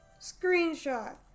Screenshot